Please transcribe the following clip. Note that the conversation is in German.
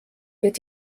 wird